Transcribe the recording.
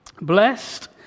Blessed